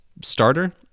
starter